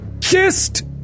kissed